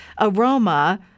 aroma